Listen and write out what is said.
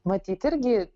matyt irgi